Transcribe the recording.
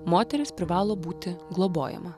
moteris privalo būti globojama